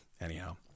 Anyhow